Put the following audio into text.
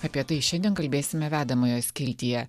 apie tai šiandien kalbėsime vedamojo skiltyje